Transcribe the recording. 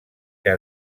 que